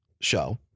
show